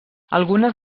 algunes